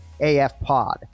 AFPOD